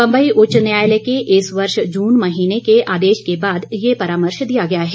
बम्बई उच्च न्यायालय के इस वर्ष जून महीने के आदेश के बाद यह परामर्श दिया गया है